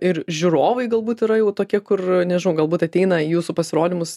ir žiūrovai galbūt yra jau tokie kur nežinu galbūt ateina į jūsų pasirodymus